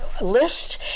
list